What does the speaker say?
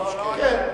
אהרונוביץ, כן.